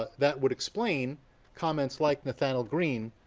ah that would explain comments like nathanael green,